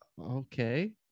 Okay